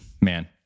man